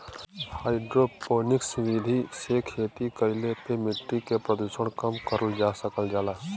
hydroponics विधि से खेती कईले पे मट्टी के प्रदूषण कम करल जा सकल जाला